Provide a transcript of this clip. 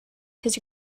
his